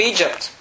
Egypt